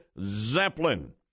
Zeppelin